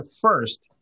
first